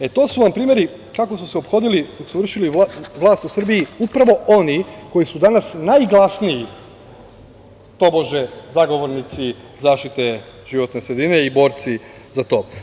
E, to su vam primeri kako su se ophodili dok su vršili vlast u Srbiji upravo oni koji su danas naglasniji, tobože, zagovornici zaštite životne sredine i borci za to.